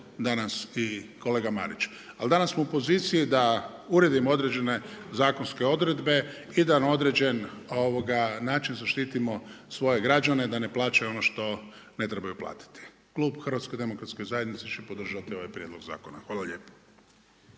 danas i kolega Marić. Ali danas smo u poziciji da uredimo određene zakonske odredbe i da na određen način zaštitimo svoje građane da ne plaćaju ono što ne trebaju platiti. Klub HDZ-a će podržati ovaj prijedlog zakona. Hvala lijepo.